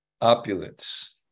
opulence